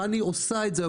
חנ"י עושה את זה.